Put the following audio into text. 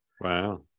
Wow